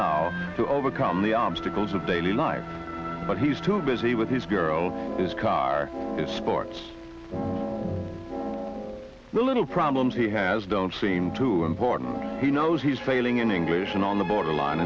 now to overcome the obstacles of daily life but he's too busy with his girl his car sports the little problems he has don't seem too important he knows he's failing in english and on the borderline